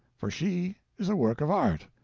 for she is a work of art,